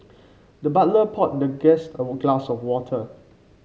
the butler poured the guest a glass of water